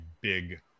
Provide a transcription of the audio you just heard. big